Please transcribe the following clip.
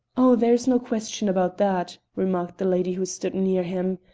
oh, there's no question about that, remarked the lady who stood near him.